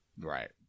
Right